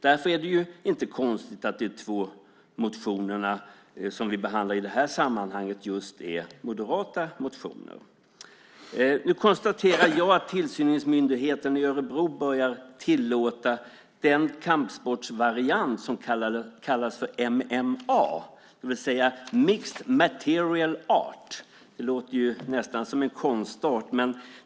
Därför är det inte konstigt att de två motioner som vi behandlar i det här sammanhanget är moderata. Jag konstaterar att tillsynsmyndigheten i Örebro börjar tillåta den kampsportsvariant som kallas MMA, det vill säga Mixed Martial Art. Det låter nästan som en konstart.